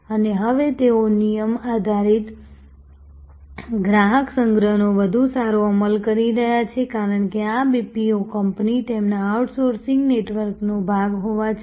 અને હવે તેઓ નિયમ આધારિત ગ્રાહક સંગ્રહનો વધુ સારો અમલ કરી રહ્યા છે કારણ કે આ BPO કંપની તેમના આઉટસોર્સિંગ નેટવર્કનો ભાગ હોવા છતાં